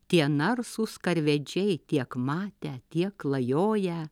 tie narsūs karvedžiai tiek matę tiek klajoję